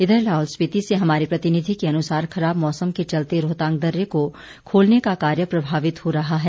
इधर लाहौल स्पीति से हमारे प्रतिनिधि के अनुसार खराब मौसम के चलते रोहतांग दर्रे को खोलने का कार्य प्रभावित हो रहा है